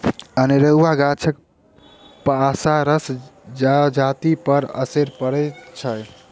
अनेरूआ गाछक पसारसँ जजातिपर असरि पड़ैत छै